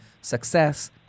success